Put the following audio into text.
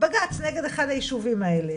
בג"צ נגד אחד הישובים האלה,